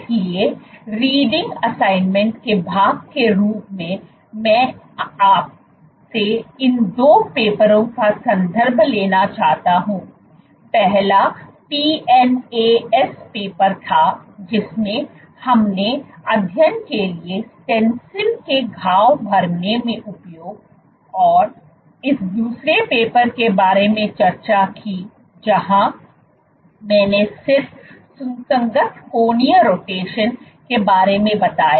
इसलिए reading assignment के भाग के रूप में मैं आपसे इन 2 पेपरों का संदर्भ लेना चाहता हूं पहला पीएनएएस पेपर था जिसमें हमने अध्ययन के लिए स्टेंसिल के घाव भरने में उपयोग और इस दूसरे पेपर के बारे में चर्चा की जहां मैंने सिर्फ सुसंगत कोणीय रोटेशन के बारे में बताया